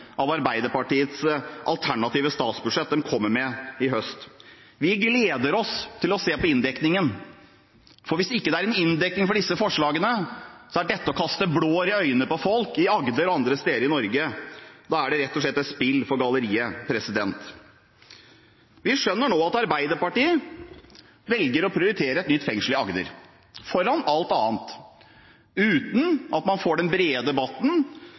av Arbeiderpartiets alternative statsbudsjett, som de kommer med i høst? Vi gleder oss til se på inndekningen, for hvis det ikke er inndekning for disse forslagene, er dette å kaste blår i øynene på folk i Agder og andre steder i Norge. Da er det rett og slett et spill for galleriet. Vi skjønner nå at Arbeiderpartiet velger å prioritere et nytt fengsel i Agder foran alt annet. Uten at man får den brede debatten,